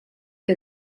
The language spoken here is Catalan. que